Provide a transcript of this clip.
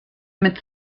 mit